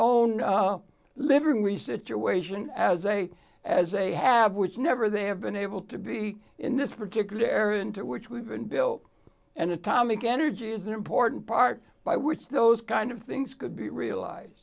situation as a as a have which never they have been able to be in this particular era into which we've been built and atomic energy is an important part by which those kind of things could be realize